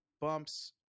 bumps